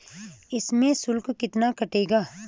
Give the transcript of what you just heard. इसमें शुल्क कितना कटेगा?